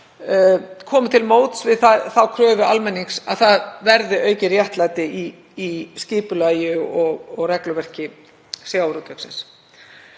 komið til móts við þá kröfu almennings að það verði aukið réttlæti í skipulagi og regluverki sjávarútvegsins.